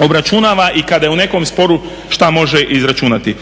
obračunava i kada je u nekom sporu što može izračunati.